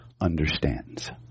understands